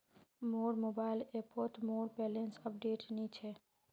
मोर मोबाइल ऐपोत मोर बैलेंस अपडेट नि छे